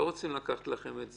לא רוצים לקחת לכם את זה.